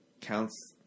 counts